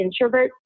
introverts